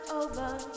over